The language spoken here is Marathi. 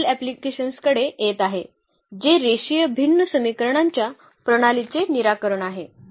आता पुढील अँप्लिकेशन्सकडे येत आहे जे रेषीय भिन्न समीकरणांच्या प्रणालीचे निराकरण आहे